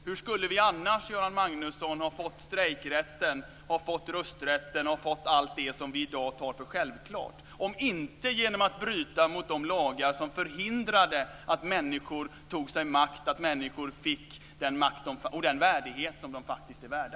Hur skulle vi annars, Göran Magnusson, ha fått strejkrätten, rösträtten och allt det som vi i dag tar för självklart - om inte genom att bryta mot de lagar som förhindrade att människor tog sig makt, att människor fick den makt och den värdighet som de faktiskt är värda?